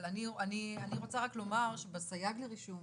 אבל אני רוצה רק לומר שבסייג לרישום,